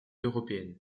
européenne